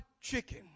chicken